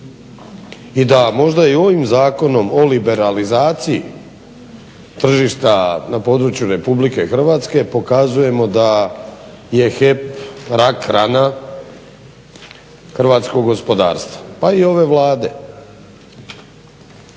I da možda i ovim zakonom o liberalizaciji tržišta na području RH pokazujemo da je HEP rak, rana hrvatskog gospodarstva pa i ove Vlade.